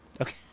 Okay